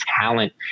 talent